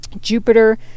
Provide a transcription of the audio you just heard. Jupiter